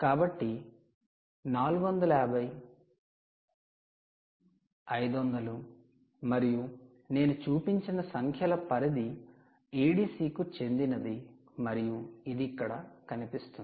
కాబట్టి 450 500 మరియు నేను చూపించిన సంఖ్యల పరిధి ADC కి చెందినది మరియు ఇది ఇక్కడ కనిపిస్తుంది